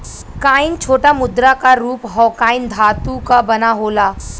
coin छोटा मुद्रा क रूप हौ कॉइन धातु क बना होला